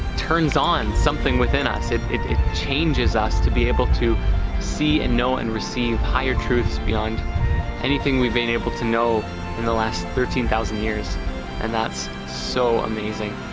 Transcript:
turns on something within us it it changes us to be able to see and know and receive higher truths beyond anything we've been able to know in the last thirteen thousand years and that's so amazing